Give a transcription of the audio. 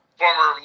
former